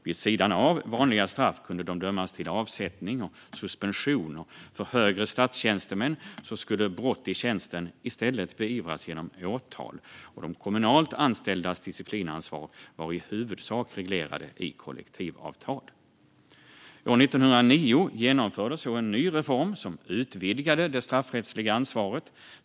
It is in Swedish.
Vid sidan av vanliga straff kunde de dömas till avsättning, suspension. För högre statstjänstemän skulle brott i tjänsten i stället beivras genom åtal. De kommunalt anställdas disciplinansvar var i huvudsak reglerade i kollektivavtal. År 1989 genomfördes en ny reform som utvidgade det straffrättsliga ansvaret.